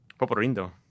Poporindo